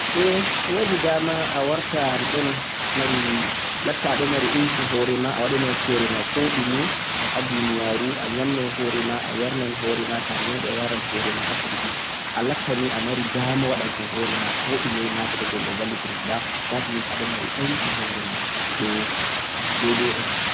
Wodi dama alatta aɗon mari enci horema, awaɗanai horema koh ɗume ha duniyaru, a nyamnai horema, ayarnai horema, a nyautai horema. Alatta nii amari dama waɗanko horema koh amari haje pat na seto goɗɗo wallitima ba.